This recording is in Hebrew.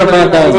של הוועדה הזאת.